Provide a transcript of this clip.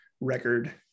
record